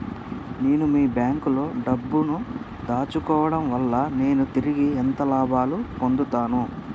నేను మీ బ్యాంకులో డబ్బు ను దాచుకోవటం వల్ల నేను తిరిగి ఎంత లాభాలు పొందుతాను?